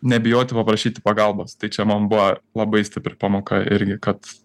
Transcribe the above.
nebijoti paprašyti pagalbos tai čia man buvo labai stipri pamoka irgi kad